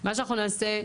מה שאנחנו נעשה,